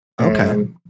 Okay